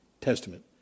Testament